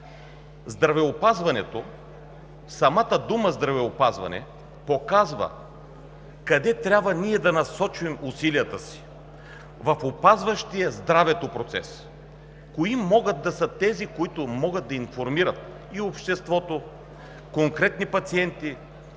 Самата дума „здравеопазване“ показва къде трябва да насочим усилията си – в опазващия здравето процес. Кои могат да са тези, които да информират обществото, конкретните пациенти